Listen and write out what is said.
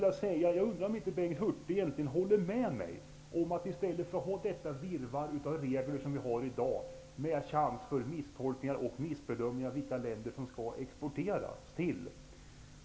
Jag undrar om inte Bengt Hurtig egentligen håller med mig när det gäller det virrvarr av regler som vi har i dag. Dessa regler innebär risk för misstolkningar och missbedömningar av vilka länder som man får exportera till.